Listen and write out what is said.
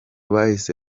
bahise